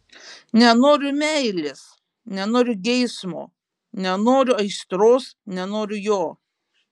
nenoriu meilės nenoriu geismo nenoriu aistros nenoriu jo